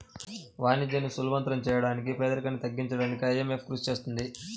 వాణిజ్యాన్ని సులభతరం చేయడానికి పేదరికాన్ని తగ్గించడానికీ ఐఎంఎఫ్ కృషి చేస్తుంది